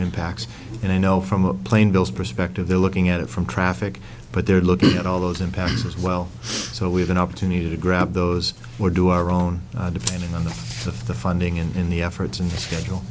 impacts and i know from a plane those perspective they're looking at it from traffic but they're looking at all those impacts as well so we have an opportunity to grab those or do our own depending on the of the funding in the efforts and